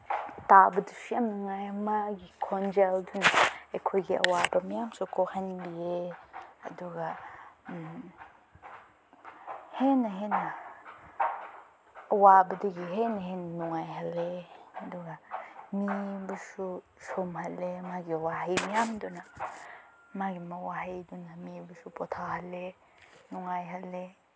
ꯇꯥꯕꯗꯁꯨ ꯌꯥꯝ ꯅꯨꯡꯉꯥꯏꯌꯦ ꯃꯥꯒꯤ ꯈꯣꯟꯖꯦꯜꯗꯨꯅ ꯑꯩꯈꯣꯏꯒꯤ ꯑꯋꯥꯕ ꯃꯌꯥꯝꯁꯨ ꯀꯣꯛꯍꯟꯕꯤꯌꯦ ꯑꯗꯨꯒ ꯍꯦꯟꯅ ꯍꯦꯟꯅ ꯑꯋꯥꯕꯗꯒꯤ ꯍꯦꯟꯅ ꯍꯦꯟꯅ ꯅꯨꯡꯉꯥꯏꯍꯜꯂꯦ ꯑꯗꯨꯒ ꯃꯤꯕꯨꯁꯨ ꯁꯨꯝꯍꯠꯂꯦ ꯃꯥꯒꯤ ꯋꯥꯍꯩ ꯃꯌꯥꯝꯗꯨꯅ ꯃꯥꯒꯤ ꯋꯥꯍꯩꯗꯨꯅ ꯃꯤꯕꯨꯁꯨ ꯄꯣꯊꯥꯍꯜꯂꯦ ꯅꯨꯡꯉꯥꯏꯍꯜꯂꯦ